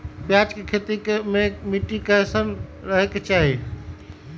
प्याज के खेती मे मिट्टी कैसन रहे के चाही?